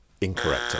Incorrect